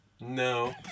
No